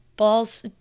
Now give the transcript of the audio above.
Balls